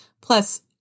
plus